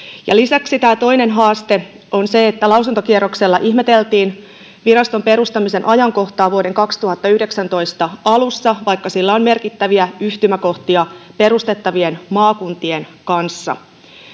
lisäksi toinen haaste on se että lausuntokierroksella ihmeteltiin viraston perustamisen ajankohtaa vuoden kaksituhattayhdeksäntoista alussa vaikka sillä on merkittäviä yhtymäkohtia perustettavien maakuntien kanssa muun muassa